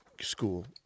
school